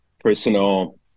personal